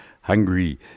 hungry